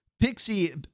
Pixie